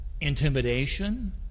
intimidation